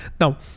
Now